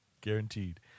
Guaranteed